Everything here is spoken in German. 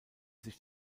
sich